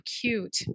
cute